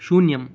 शून्यम्